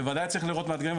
בוודאי צריך לראות מה האתגרים.